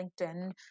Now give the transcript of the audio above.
LinkedIn